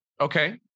okay